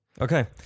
Okay